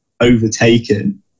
overtaken